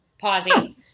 pausing